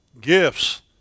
Gifts